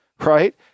right